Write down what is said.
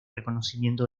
reconocimiento